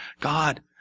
God